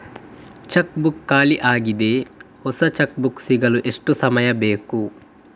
Check book ಖಾಲಿ ಯಾಗಿದೆ, ಹೊಸ ಚೆಕ್ ಬುಕ್ ಸಿಗಲು ಎಷ್ಟು ಸಮಯ ಬೇಕು?